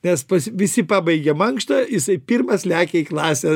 nes visi pabaigia mankštą jisai pirmas lekia į klasę